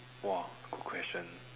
!wah! good question